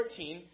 14